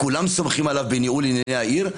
כולם סומכים עליו בניהול ענייני העיר,